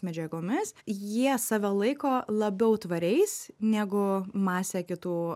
medžiagomis jie save laiko labiau tvariais negu masė kitų